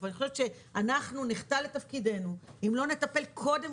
אני חושבת שאנחנו נחטא לתפקידנו אם לא נטפל קודם